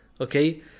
okay